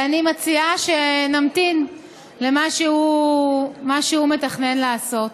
ואני מציעה שנמתין למה שהוא מתכנן לעשות.